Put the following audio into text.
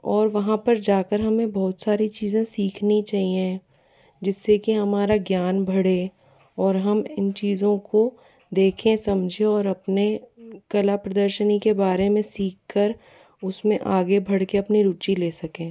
और वहाँ पर जाकर हमें बहुत सारी चीज़ें सीखनी चाहिए जिससे कि हमारा ज्ञान बढ़े और हम इन चीज़ों को देखें समझें और अपने कला प्रदर्शनी के बारे मे सीख कर उसमें आगे बढ़ कर अपनी रुचि ले सकें